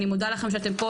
אני מודה לכם שאתם פה,